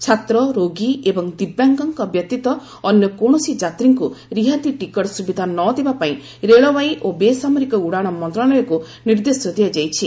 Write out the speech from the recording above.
ଛାତ୍ର ରୋଗୀ ଏବଂ ଦିବ୍ୟାଙ୍ଗଙ୍କ ବ୍ୟତୀତ ଅନ୍ୟ କୌଣସି ଯାତ୍ରୀଙ୍କୁ ରିଆତି ଟିକଟ ସୁବିଧା ନ ଦେବା ପାଇଁ ରେଳବାଇ ଓ ବେସାମରିକ ଉଡ଼ାଣ ମନ୍ତ୍ରଣାଳୟକୁ ନିର୍ଦ୍ଦେଶ ଦିଆଯାଇଛି